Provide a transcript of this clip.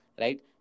Right